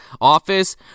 office